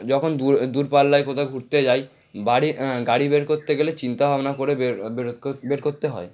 যখন দূর দূর পাল্লায় কোথাও ঘুরতে যাই বাড়ি গাড়ি বের করতে গেলে চিন্তা ভাবনা করে বের বের কো বের করতে হয়